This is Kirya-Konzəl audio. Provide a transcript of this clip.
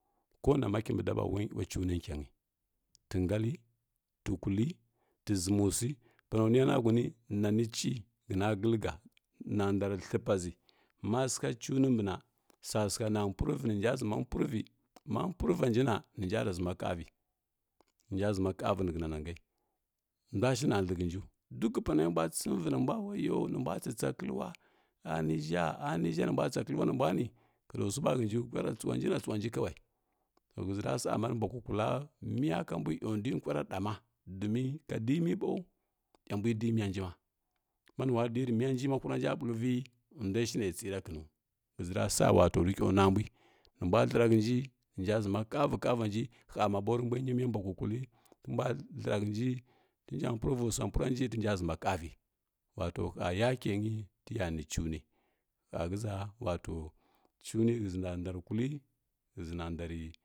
Ko namma kinbi daba wa cunə kianəi tə ngalləyi tukule tu ʒamusi pa no niya na hunəy nany ciə həna gəlga na ndarə thləpa ʒiə ma səgha cunə mbə na sagha sagha na purəvi nə hənda ʒama purvi na purva njina nə hənja rə ʒəma kavi mənja və ʒəma kavi nə həna nangə ndwa shi na dlə hənju duk pa nə mbwa tsəmə vi nə mbwa nə mbwa tsətsa kəlwa anija anija ka do su ɓa hənju kwara tsəwanji na tsəwanji kawai to həʒəra ma mbwa kukula miya ko mbwi iyo ndwi kwar ɗa ma domin ka dimi bow a mbwi kwara ɗa ma, ma nuwa kwara diri miya nji ma huranja miəghəvi ndwo shi nə tsəra kənu həʒara sa wato rə hya nwa mbwi nə mbwa uləra hənji nənja ʒəma kovə- kavanji ha ma bo rə mbwa nyi miya mbwa kukui tə thləra hənji rənta purvi swa puranji rənja ʒəma kavi wato ha yakə nəghə tə ya nə cuni ha həʒə wato cuni həna ndarə kulli həʒəna nda rə.